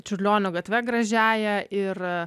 čiurlionio gatve gražiąja ir